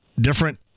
different